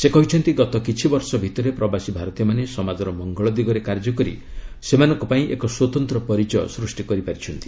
ସେ କହିଛନ୍ତି ଗତ କିଛି ବର୍ଷ ଭିତରେ ପ୍ରବାସୀ ଭାରତୀୟମାନେ ସମାଜର ମଙ୍ଗଳ ଦିଗରେ କାର୍ଯ୍ୟ କରି ସେମାନଙ୍କ ପାଇଁ ଏକ ସ୍ୱତନ୍ତ୍ର ପରିଚୟ ସ୍କ୍ଷି କରିପାରିଛନ୍ତି